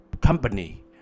company